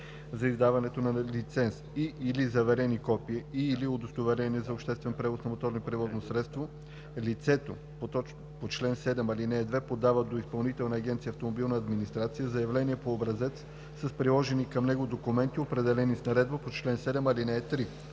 „За издаването на лиценз и/или заверени копия и/или удостоверения за обществен превоз на моторно превозно средство, лицето по чл. 7, ал. 2 подава до Изпълнителна агенция „Автомобилна администрация“ заявление по образец с приложени към него документи, определени с наредбата по чл. 7, ал. 3.“